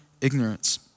ignorance